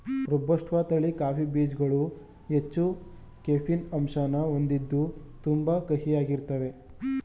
robusta ತಳಿ coffee ಬೀಜ್ಗಳು ಹೆಚ್ಚು ಕೆಫೀನ್ ಅಂಶನ ಹೊಂದಿದ್ದು ತುಂಬಾ ಕಹಿಯಾಗಿರ್ತಾವೇ